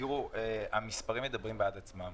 תראו, המספרים מדברים בעד עצמם.